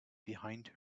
behind